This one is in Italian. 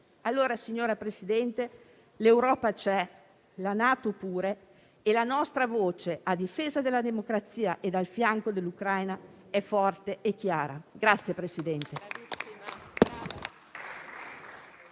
Signora Presidente, l'Europa c'è, la NATO pure e la nostra voce, a difesa della democrazia e al fianco dell'Ucraina, è forte e chiara.